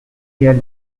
year